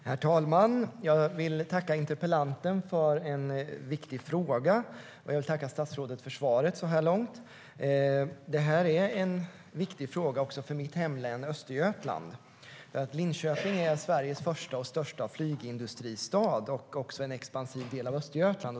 Herr talman! Jag vill tacka interpellanten för en viktig fråga. Jag vill tacka statsrådet för svaret så här långt. Det här är en viktig fråga också för mitt hemlän, Östergötland.Linköping är Sveriges första och största flygindustristad och också en expansiv del av Östergötland.